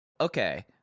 Okay